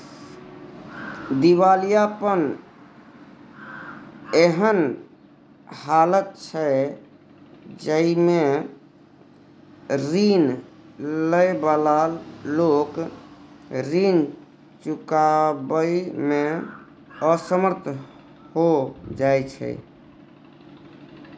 दिवालियापन एहन हालत छइ जइमे रीन लइ बला लोक रीन चुकाबइ में असमर्थ हो जाइ छै